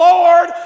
Lord